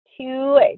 two